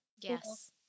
Yes